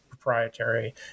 proprietary